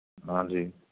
ਹਾਂਜੀ